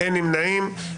אין נמנעים.